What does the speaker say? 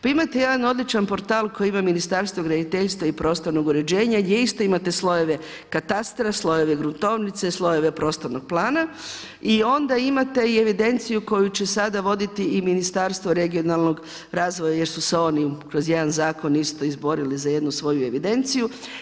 Pa imate jedan odličan portal koje ima Ministarstvo graditeljstva i prostornog uređenja gdje isto imate slojeve katastra, slojeve gruntovnice, slojeve prostornog plana i onda imate i evidenciju koju će sada voditi i Ministarstvo regionalnog razvoja jer su se oni kroz jedan zakon isto izborili za jednu svoju evidenciju.